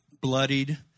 bloodied